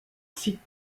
site